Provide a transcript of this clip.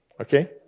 Okay